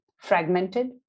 fragmented